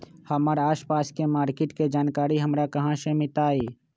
हमर आसपास के मार्किट के जानकारी हमरा कहाँ से मिताई?